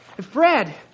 Fred